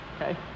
Okay